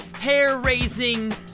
hair-raising